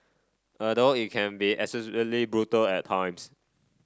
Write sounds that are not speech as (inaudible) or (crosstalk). although it can be (unintelligible) brutal at times